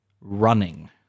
running